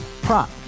Prop